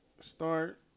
start